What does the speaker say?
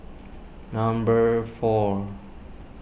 number four